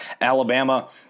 Alabama